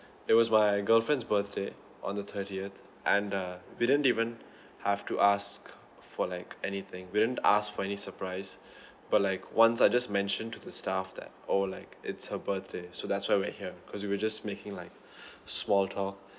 it was my girlfriend's birthday on the thirtieth and uh we didn't even have to ask for like anything we didn't ask for any surprise but like once I just mentioned to the staff that oh like it's her birthday so that's why we're here because we were just making like small talk